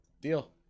deal